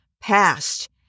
past